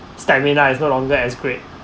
stamina is no longer as great